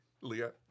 Leah